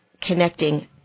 Connecting